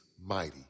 mighty